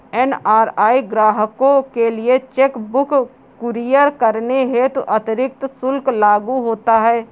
NRI ग्राहकों के लिए चेक बुक कुरियर करने हेतु अतिरिक्त शुल्क लागू होता है